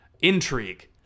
intrigue